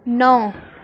نو